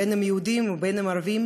בין אם הם יהודים ובין אם ערבים,